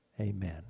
Amen